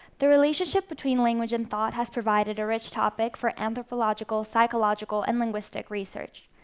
the relationship between language and thought has provided a rich topic for anthropological, psychological and linguistic research.